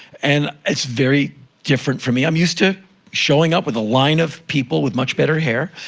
and it's very different for me. i'm used to showing up with a line of people with much better hair,